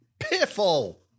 Piffle